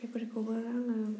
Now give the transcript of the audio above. बेफोरखौबो रोङो